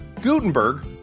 Gutenberg